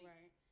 Right